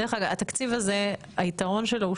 דרך אגב התקציב הזה היתרון שלו הוא